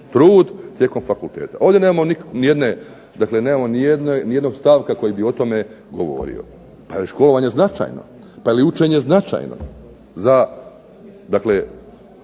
trud tijekom fakulteta. Ovdje nemamo ni jedne, dakle nemamo ni jednog stavka koji bi o tome govorio. Pa je li školovanje značajno, pa je li učenje značajno za dakle